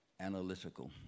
analytical